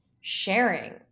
sharing